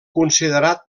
considerat